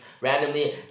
randomly